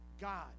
God